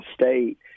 State